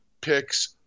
picks